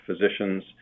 physicians